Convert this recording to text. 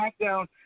SmackDown